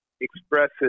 expresses